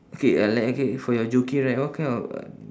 okay uh le~ okay for your jockey right what kind of uh